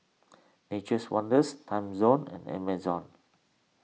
Nature's Wonders Timezone and Amazon